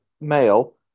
male